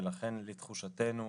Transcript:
ולכן לתחושתנו,